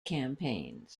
campaigns